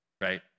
right